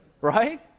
Right